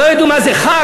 לא ידעו מה זה חג,